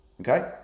Okay